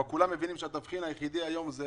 שהתבחין היחידי היום הוא